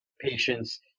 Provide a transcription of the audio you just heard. patients